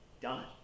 done